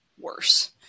worse